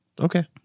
Okay